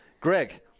Greg